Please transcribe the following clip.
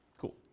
cool